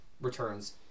returns